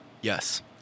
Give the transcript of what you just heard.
Yes